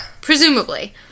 presumably